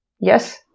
Yes